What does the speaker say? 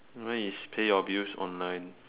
mine is pay your bills online